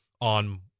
on